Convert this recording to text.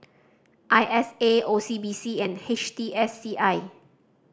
I S A O C B C and H T S C I